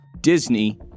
Disney